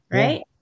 right